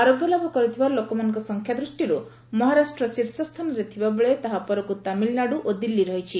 ଆରୋଗ୍ୟ ଲାଭ କରିଥିବା ଲୋକମାନଙ୍କ ସଂଖ୍ୟା ଦୃଷ୍ଟିରୁ ମହାରାଷ୍ଟ୍ର ଶୀର୍ଷସ୍ଥାନରେ ଥିବାବେଳେ ତାହାପରକୁ ତାମିଲନାଡ଼ୁ ଓ ଦିଲ୍ଲୀ ରହିଛି